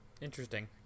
Interesting